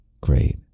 great